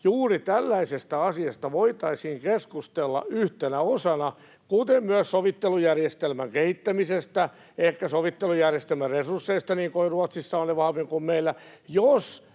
realistisena — josta voitaisiin keskustella yhtenä osana, kuten myös sovittelujärjestelmän kehittämisestä, ehkä sovittelujärjestelmän resursseista, jotka ovat Ruotsissa vahvemmat kuin meillä. Jos